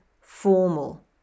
formal